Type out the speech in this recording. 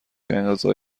انقضا